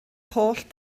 holl